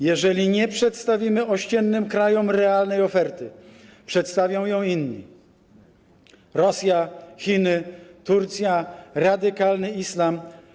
Jeżeli nie przedstawimy ościennym krajom realnej oferty, przedstawią ją inni: Rosja, Chiny, Turcja, radykalny islam.